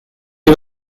chi